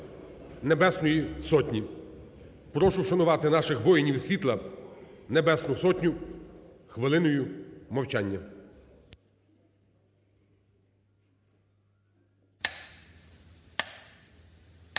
Небесної Сотні. Прошу вшанувати наших воїнів світла Небесну Сотню хвилиною мовчання.